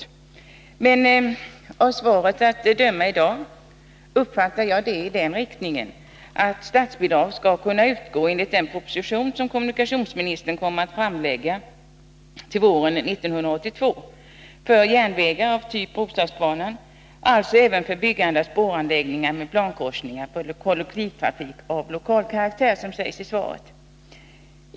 Dagens svar uppfattar jag så, att det pekar i den riktningen att statsbidrag — enligt den proposition som kommunikationsministern kommer att framlägga under våren 1982 — skall kunna utgå för järnvägar av typ Roslagsbanan. Det skulle alltså gälla även för byggande av spåranläggningar med plankorsningar för kollektivtrafik av lokal karaktär, som det sägs i svaret.